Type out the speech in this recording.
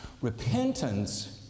Repentance